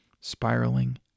spiraling